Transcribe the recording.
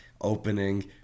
opening